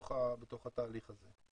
בתוך התהליך הזה.